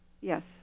Yes